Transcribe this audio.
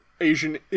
Asian